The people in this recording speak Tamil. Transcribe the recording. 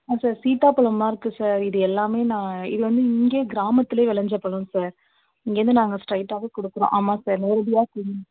ஆ சார் சீதா பழம்லாம் இருக்குது சார் இது எல்லாமே நான் இது வந்து இங்கேயே கிராமத்திலேயே விளைஞ்ச பழம் சார் இங்கேயிருந்து நாங்கள் ஸ்டெயிட்டாவே கொடுக்குறோம் ஆமாம் சார் நேரடியாக